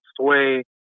sway